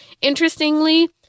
Interestingly